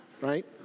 Right